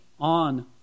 on